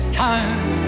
time